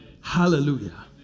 Hallelujah